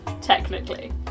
technically